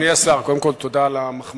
אדוני השר, קודם כול תודה על המחמאות.